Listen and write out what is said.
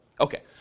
Okay